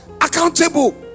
accountable